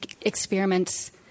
experiments